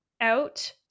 out